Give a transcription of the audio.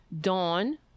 Dawn